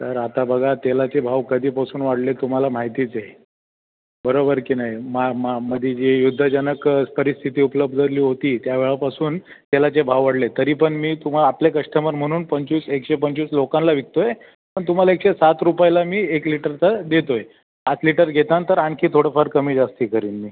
sir आता बघा तेलाचे भाव कधीपासून वाढले आहेत तुम्हाला माहितीच आहे बरोबर की नाही मा मा मध्ये जे युद्धजनक परिस्थिती उपलब्ध झाली होती त्यावेळापासून तेलाचे भाव वाढले तरी पण मी तुम्हा आपले कश्टमर म्हणून पंचवीस एकशे पंचवीस लोकांना विकतो आहे पण तुम्हाला एकशे सात रुपयाला मी एक लिटरचं देतो आहे पाच लिटर घेतान तर आणखी थोडंफार कमी जास्त करीन मी